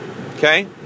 Okay